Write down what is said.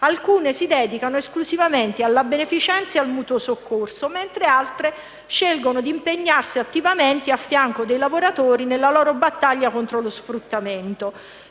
alcune si dedicano esclusivamente alla beneficenza e al mutuo soccorso, mentre altre scelgono di impegnarsi attivamente a fianco dei lavoratori nella loro battaglia contro lo sfruttamento.